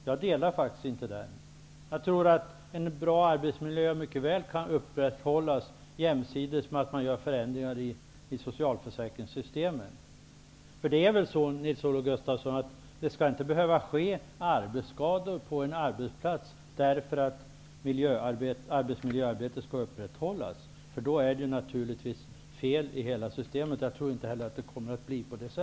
Jag tror att en bra arbetsmiljö mycket väl kan upprätthållas jämsides med att det görs förändringar i socialförsäkringssystemen. Det skall naturligtvis inte, Nils-Olof Gustafsson, behöva inträffa arbetsskador på en arbetsplats för att arbetsmiljöarbetet skall kunna upprätthållas. Då är hela systemet felaktigt, och jag tror inte heller att det kommer att bli så.